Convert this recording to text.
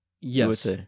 Yes